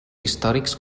històrics